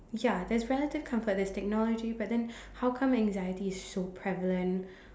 ya there's relative comfort there's technology but then how come anxiety is so prevalent